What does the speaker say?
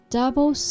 Double